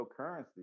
cryptocurrency